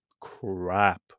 crap